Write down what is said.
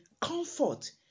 comfort